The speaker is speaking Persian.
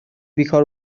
بیکار